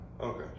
Okay